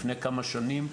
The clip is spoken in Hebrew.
לפני כמה שנים,